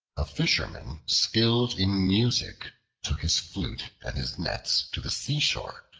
a fisherman skilled in music took his flute and his nets to the seashore.